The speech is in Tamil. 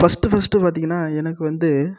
ஃபஸ்ட்டு ஃபஸ்ட்டு பார்த்திங்கனா எனக்கு வந்து